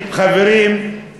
עכשיו, ראש הממשלה,